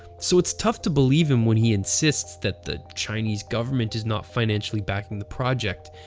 so, it's tough to believe him when he insists that the chinese government is not financially backing the project,